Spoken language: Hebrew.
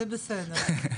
זה בסדר.